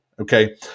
okay